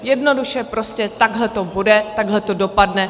Jednoduše, prostě takhle to bude, takhle to dopadne.